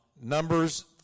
Numbers